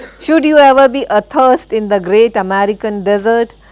should you ever be athirst in the great american desert,